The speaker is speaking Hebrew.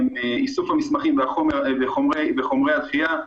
איסוף המסמכים וחומרי הגבייה,